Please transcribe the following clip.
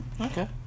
okay